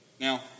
Now